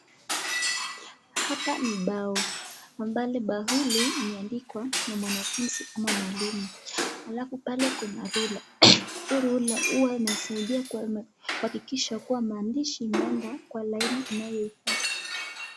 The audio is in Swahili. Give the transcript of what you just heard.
Hapa ni bao, ambalo bao hili limendikwa na mwanafunzi au mwalimu alafu pale kuna rula, hii rula huwa inasaidia kuhakikisha kuwa maandishi imeenda kwa laini inayofaa.